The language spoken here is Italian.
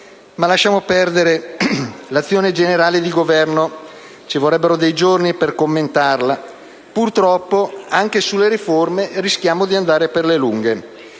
Ma lasciamo perdere l'azione generale di governo (ci vorrebbero dei giorni per commentarla). Purtroppo, anche sulle riforme rischiamo di andare per le lunghe.